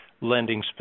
lending